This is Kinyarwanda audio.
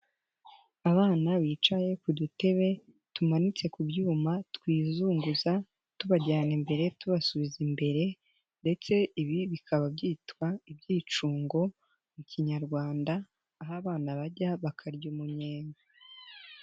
Abana bicaye ku dutebe tumanitse ku byuma twizunguza tubajyana imbere, tubasubiza imbere ndetse ibi bikaba byitwa ibyicungo mu kinyarwanda, aho abana bajya bakarya umunyenga.